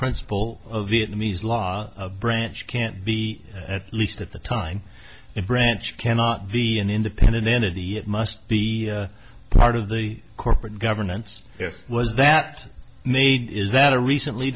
principle of vietnamese law a branch can't be at least at the time it branch cannot be an independent entity it must be part of the corporate governance was that made is that a recently